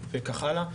וכך הלאה,